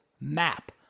map